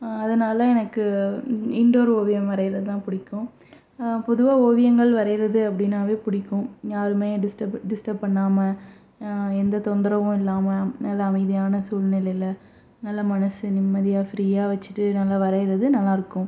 அதனால் எனக்கு இன்டோர் ஓவியம் வரைகிறது தான்பிடிக்கும் பொதுவாக ஓவியங்கள் வரைகிறது அப்படினாவே பிடிக்கும் யாருமே டிஸ்டர்ப் டிஸ்டர்ப் பண்ணாமல் எந்த தொந்தரவும் இல்லாமல் நல்ல அமைதியான சூழல்நிலையில் நல்ல மனசு நிம்மதியாக ஃப்ரீயாக வச்சுட்டு நல்லா வரைகிறது நல்லாருக்கும்